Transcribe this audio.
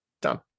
Done